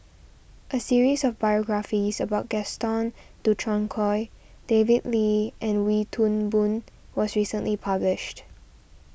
a series of biographies about Gaston Dutronquoy David Lee and Wee Toon Boon was recently published